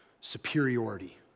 superiority